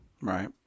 Right